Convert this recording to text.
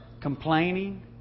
Complaining